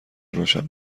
روشن